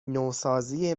نوسازی